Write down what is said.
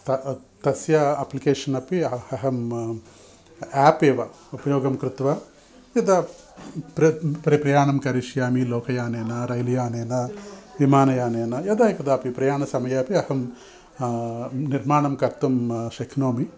त तस्य अप्प्लिकेशन् अपि अहम् आप् एव उपयोगं कृत्वा यदा प्रे प्रे प्रयाणं करिष्यामि लोकयानेन रैल्यानेन विमानयानेन यदा कदापि प्रयाणसमयेपि अहं निर्माणं कर्तुं शक्नोमि